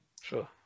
Sure